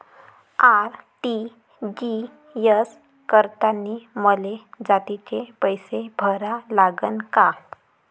RTGS करतांनी मले जास्तीचे पैसे भरा लागन का?